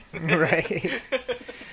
Right